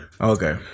Okay